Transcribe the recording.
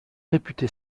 réputé